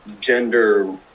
gender